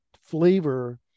flavor